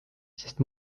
sest